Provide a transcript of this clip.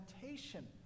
temptation